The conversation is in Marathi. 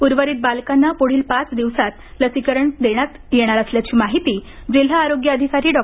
उर्वरीत बालकांना पुढील पाच दिवसांत लसीकरण करण्यात येणार असल्याची माहिती माहिती जिल्हा आरोग्य अधिकारी डॉ